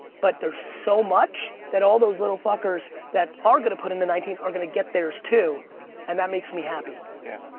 but there's so much that all those little fuckers that are gonna put in the nineteen are gonna get theirs too and that makes me happy. yeah.